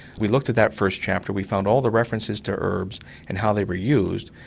we looked at that first chapter, we found all the references to herbs and how they were used,